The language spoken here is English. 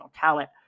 talent